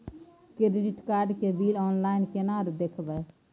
Credit card के bill online केना देखबय?